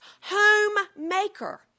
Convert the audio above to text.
homemaker